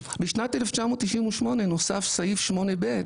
בשנת 1998 נוסף סעיף 8 ב'